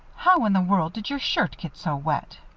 how in the world did your shirt get so wet?